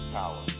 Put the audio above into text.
power